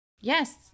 yes